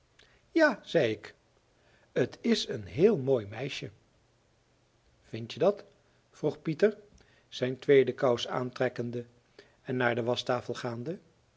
ja zei ik t is een heel mooi meisje vindje dat vroeg pieter zijn tweede kous aantrekkende en naar de waschtafel gaande